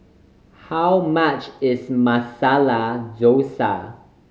how much is Masala Dosa